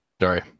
sorry